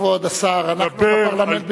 כבוד השר, אנחנו בפרלמנט בישראל.